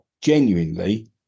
genuinely